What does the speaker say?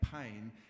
pain